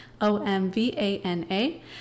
o-m-v-a-n-a